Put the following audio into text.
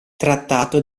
trattato